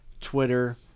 Twitter